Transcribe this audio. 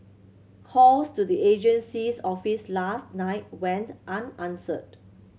calls to the agency's office last night went unanswered